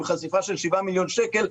עם חשיפה של 7 מיליון שקל,